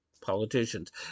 politicians